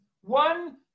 one